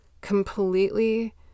completely